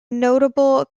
notable